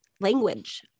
language